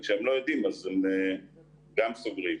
וכשהן לא יודעות הן גם סוגרות.